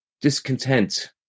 discontent